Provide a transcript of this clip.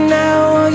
now